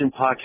podcast